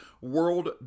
World